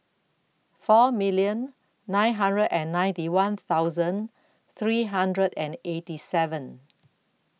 four million nine hundred and ninety one thousand three hundred and eighty seven